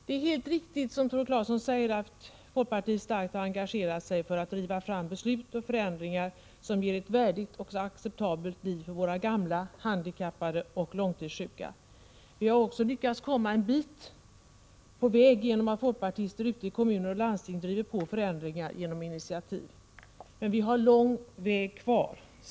Det är helt riktigt, som Tore Claeson säger, att folkpartiet starkt har engagerat sig för att driva fram beslut och förändringar som ger ett värdigt och acceptabelt liv för våra gamla, handikappade och långtidssjuka. Vi har också lyckats komma ett stycke på väg genom att folkpartister ute i kommuner och landsting tagit initiativ och drivit på förändringar. Men vi har lång väg kvar.